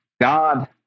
God